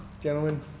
Gentlemen